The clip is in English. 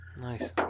Nice